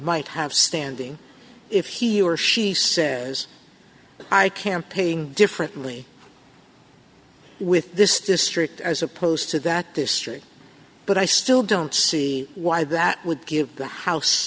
might have standing if he or she says i campaigned differently with this district as opposed to that district but i still don't see why that would give the house